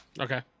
Okay